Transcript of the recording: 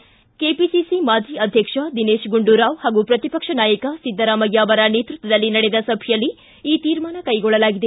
ಈ ಸಂಬಂಧ ಕೆಪಿಸಿಸಿ ಮಾಜಿ ಅಧ್ಯಕ್ಷ ದಿನೇಶ್ ಗುಂಡೂರಾವ್ ಹಾಗು ಪ್ರತಿಪಕ್ಷ ನಾಯಕ ಸಿದ್ದರಾಮಯ್ಯ ಅವರ ನೇತೃತ್ವದಲ್ಲಿ ನಡೆದ ಸಭೆಯಲ್ಲಿ ಈ ತೀರ್ಮಾನ ಕೈಗೊಳ್ಳಲಾಗಿದೆ